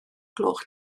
gloch